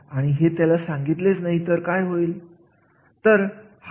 आता या मुद्द्याच्या शेवटी एखाद्या कार्याची किंमत निश्चित करणे